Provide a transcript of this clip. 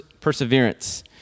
Perseverance